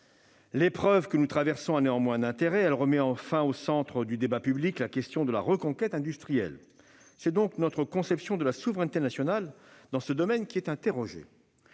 L'épreuve que nous traversons a néanmoins un intérêt : elle remet enfin au centre du débat public la question de la reconquête industrielle. C'est donc notre conception de la souveraineté nationale dans ce domaine qui est interrogée.